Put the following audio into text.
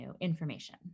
information